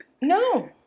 No